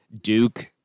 Duke